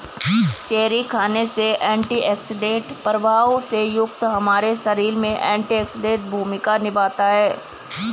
cherry खाने से antioxidant प्रभाव से युक्त हमारे शरीर में एंटीऑक्सीडेंट भूमिका निभाता है